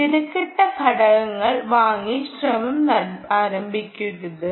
തിരക്കിട്ട് ഘടകങ്ങൾ വാങ്ങി ശ്രമം ആരംഭിക്കരുത്